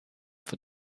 for